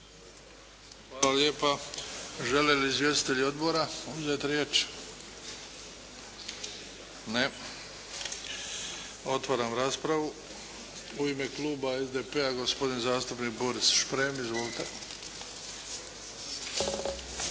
Hvala lijepa. Žele li izvjestitelji odbora uzet riječ? Ne. Otvaram raspravu. U ime klub SDP- gospodin zastupnik Boris Šprem. Izvolite!